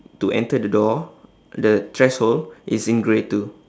to enter the door the threshold is in grey too